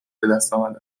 بهدستآمده